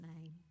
name